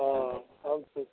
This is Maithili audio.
हँ सब किछु